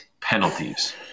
penalties